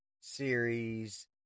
series